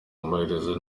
amaherezo